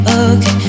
okay